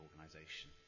organisation